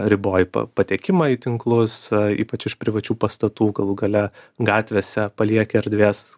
riboji pa patekimą į tinklus ypač iš privačių pastatų galų gale gatvėse palieki erdvės